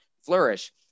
flourish